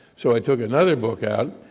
so i took another book out,